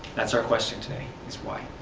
that is our question today, is why?